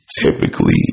typically